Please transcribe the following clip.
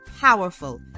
powerful